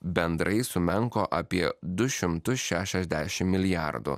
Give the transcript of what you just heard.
bendrai sumenko apie du šimtus šešiasdešim milijardų